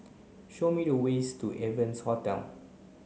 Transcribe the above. show me the ways to Evans Hostel